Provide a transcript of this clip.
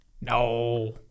no